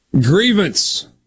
Grievance